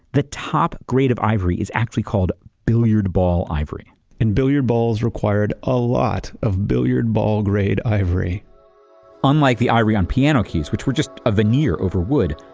the top grade of ivory is actually called billiard ball ivory and billiard balls required a lot of billiard ball-grade ivory unlike the ivory on piano keys, which were just a veneer over wood,